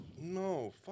No